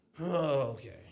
Okay